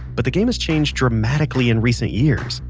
but the game has changed dramatically in recent years.